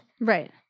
Right